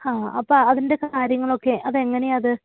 ആ അപ്പോള് അതിൻ്റെ കാര്യങ്ങളൊക്കെ അതെങ്ങനെയാണത്